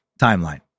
Timeline